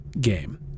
game